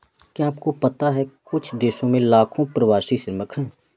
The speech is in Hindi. क्या आपको पता है कुछ देशों में लाखों प्रवासी श्रमिक हैं?